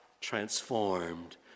transformed